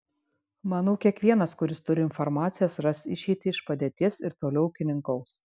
manau kiekvienas kuris turi informacijos ras išeitį iš padėties ir toliau ūkininkaus